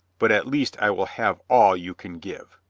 but at least i will have all you can give.